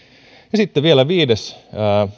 ja sitten vielä viides